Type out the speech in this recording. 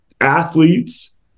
athletes